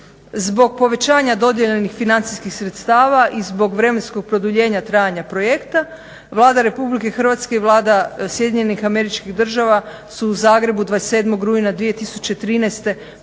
Zbog povećanja dodijeljenih financijskih sredstava i zbog vremenskog produljenja trajanja projekta Vlada Republike Hrvatske i Vlada SAD-a su u Zagrebu 27. rujna 2013. potpisale